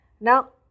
Now